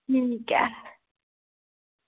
ठीक ऐ